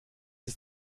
ist